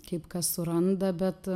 kaip kas suranda bet